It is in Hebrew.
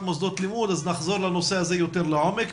מוסדות לימוד ואז נחזור לנושא הזה יותר לעומק.